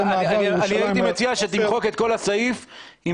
אני הייתי מציע שתמחק את כל הסעיף אם